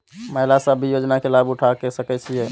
महिला सब भी योजना के लाभ उठा सके छिईय?